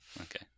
Okay